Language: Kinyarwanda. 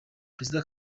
perezida